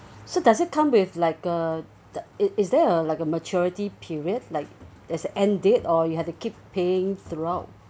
so does it come with like a the is is there a like a maturity period like there's end date or you have to keep paying throughout